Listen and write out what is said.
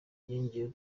yongeyeho